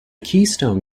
keystone